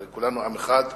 הרי כולנו עם אחד.